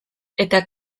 eta